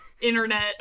internet